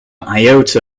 iota